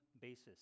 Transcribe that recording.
basis